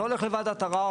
אתה הולך לוועדת ערער.